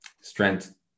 strength